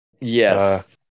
Yes